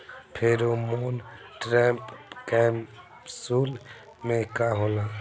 Pheromone trap capsule में का होला?